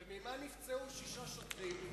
וממה נפצעו שישה שוטרים?